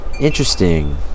interesting